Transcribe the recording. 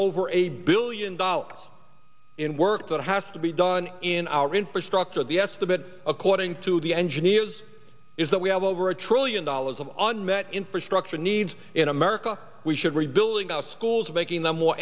over a billion involved in work that has to be done in our infrastructure the estimate according to the engineers is that we have over a trillion dollars of on met infrastructure needs in america we should rebuilding our schools making them more